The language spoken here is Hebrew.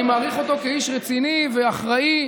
אני מעריך אותו כאיש רציני ואחראי.